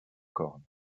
cornes